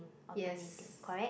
alternating correct